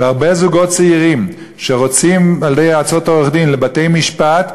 והרבה זוגות צעירים שרצים לפי עצת עורך-דין לבתי-משפט,